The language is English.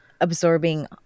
absorbing